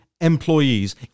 employees